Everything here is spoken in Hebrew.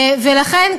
לכן,